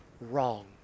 wrong